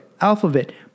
Alphabet